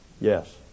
Yes